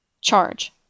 Charge